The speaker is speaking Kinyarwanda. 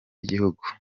y’igihugu